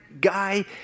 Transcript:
guy